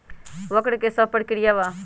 वक्र कि शव प्रकिया वा?